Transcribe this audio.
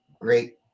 Great